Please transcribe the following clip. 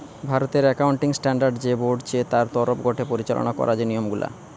ভারতের accounting standard যে board চে তার তরফ গটে পরিচালনা করা যে নিয়ম গুলা